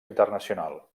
internacional